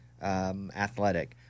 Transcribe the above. Athletic